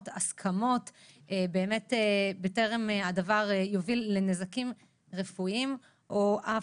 ולהסכמות בטרם הדבר יוביל לנזקים רפואיים או אף,